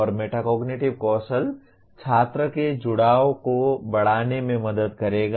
और मेटाकोग्निटिव कौशल छात्र के जुड़ाव को बढ़ाने में मदद करेगा